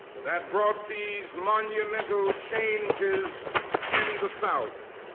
that brought these monumental changes in the south.